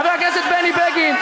חבר הכנסת בני בגין,